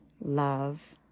love